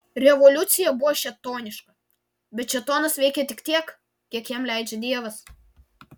revoliucija buvo šėtoniška bet šėtonas veikia tik tiek kiek jam leidžia dievas